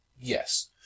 Yes